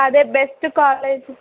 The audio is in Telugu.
అదే బెస్ట్ కాలేజ్